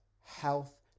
health